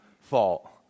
fault